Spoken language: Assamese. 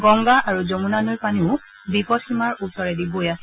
গংগা আৰু যমুনা নৈৰ পানীও বিপদসীমাৰ ওচৰেদি বৈ আছে